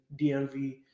DMV